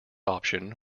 option